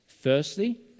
Firstly